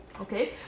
Okay